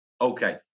Okay